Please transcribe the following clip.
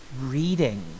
reading